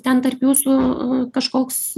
ten tarp jūsų kažkoks